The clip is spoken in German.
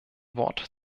wort